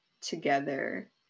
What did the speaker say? together